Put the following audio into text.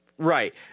Right